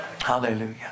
Hallelujah